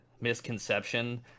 misconception